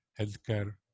healthcare